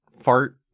Fart